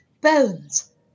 Bones